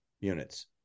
units